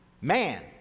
Man